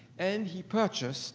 and he purchased